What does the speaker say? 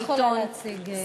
את לא יכולה להציג מוצגים.